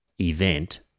event